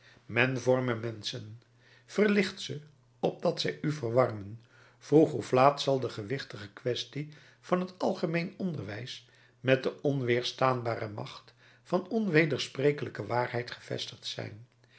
men vorme menschen verlicht ze opdat zij u verwarmen vroeg of laat zal de gewichtige kwestie van het algemeen onderwijs met de onweerstaanbare macht van onwedersprekelijke waarheid gevestigd zijn